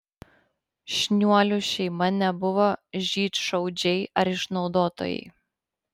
šniuolių šeima nebuvo žydšaudžiai ar išnaudotojai